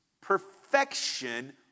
perfection